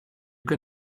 can